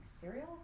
cereal